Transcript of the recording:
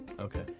Okay